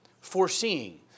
foreseeing